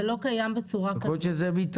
זה לא קיים בצורה כזאת.